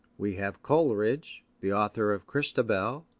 we have coleridge, the author of christabel,